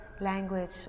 language